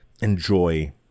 enjoy